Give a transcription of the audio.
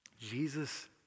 Jesus